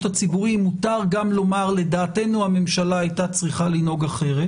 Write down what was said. הציבורי מותר גם לומר שלדעתנו הממשלה הייתה צריכה לנהוג אחרת.